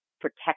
protect